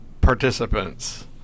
participants